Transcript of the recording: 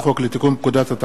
(תיקון,